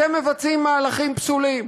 אתם מבצעים מהלכים פסולים,